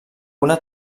una